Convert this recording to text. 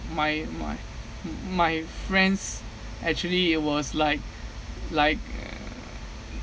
my my m~ my friends actually it was like like err